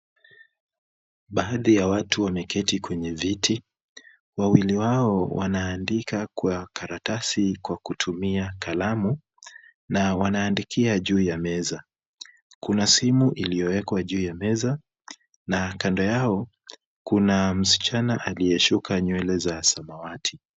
Baadhi ya watu wameketi kwenye viti, wawili wao wanaandika kwa karatasi kwa kutumia kalamu na wanaandikia juu ya meza. Kuna simu iliyowekwa juu ya meza na kando yao kuna msichana aliyesuka nywele za samawati.